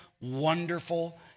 wonderful